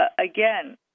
again